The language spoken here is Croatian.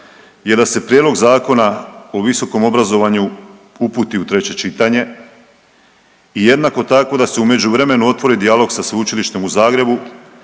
je da se prijedlog Zakona o visokom obrazovanju uputi u treće čitanje i jednako tako da se u međuvremenu otvori dijalog sa Sveučilištem u Zagrebu